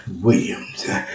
Williams